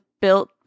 built